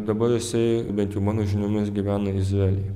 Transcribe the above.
dabar jisai bent jau mano žiniomis gyvena izraelyje